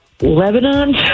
Lebanon